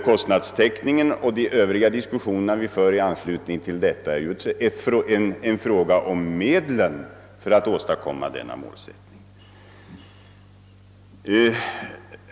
Kostnadstäckningen och de diskussioner vi för i anslutning härtill är en fråga om medlen för att nå detta mål.